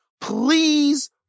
please